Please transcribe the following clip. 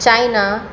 China